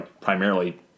primarily